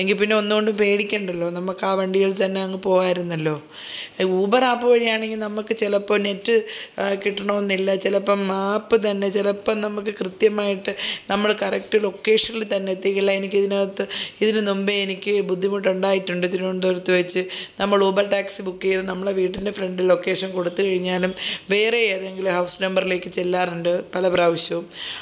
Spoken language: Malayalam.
എങ്കിൽ പിന്നെ ഒന്നുകൊണ്ടും പേടിക്കേണ്ടല്ലോ നമ്മൾക്ക് ആ വണ്ടികളിൽ തന്നെ അങ്ങ് പോകാമായിരുന്നല്ലോ ഊബർ ആപ്പ് വഴി ആണെങ്കിൽ നമ്മൾക്ക് ചിലപ്പോൾ നെറ്റ് കിട്ടണമെന്നില്ല ചിലപ്പം ആപ്പ് തന്നെ ചിലപ്പം നമ്മൾക്ക് കൃത്യമായിട്ട് നമ്മൾ കറക്റ്റ് ലൊക്കേഷനിൽ തന്നെ എത്തിക്കില്ല എനിക്ക് ഇതിനകത്ത് ഇതിന് മുമ്പേ എനിക്ക് ബുദ്ധിമുട്ടുണ്ടായിട്ടുണ്ട് തിരുവനന്തപുരത്ത് വച്ച് നമ്മൾ ഊബർ ടാക്സി ബുക്ക് ചെയ്ത് നമ്മളെ വീട്ടിൻ്റെ ഫ്രണ്ട് ലൊക്കേഷൻ കൊടുത്ത് കഴിഞ്ഞാലും വേറെ ഏതെങ്കിലും ഹൗസ് നമ്പറിലേക്ക് ചെല്ലാറുണ്ട് പലപ്രാവശ്യവും